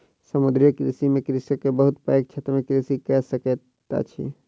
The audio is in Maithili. समुद्रीय कृषि में कृषक बहुत पैघ क्षेत्र में कृषि कय सकैत अछि